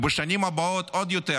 ובשנים הבאות עוד יותר.